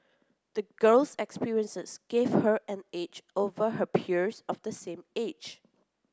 the girl's experiences gave her an edge over her peers of the same age